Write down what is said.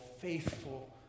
faithful